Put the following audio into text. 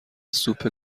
سوپ